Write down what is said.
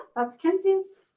that's kenzie's.